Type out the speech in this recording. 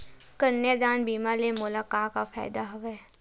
कन्यादान बीमा ले मोला का का फ़ायदा हवय?